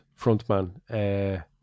frontman